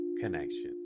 connection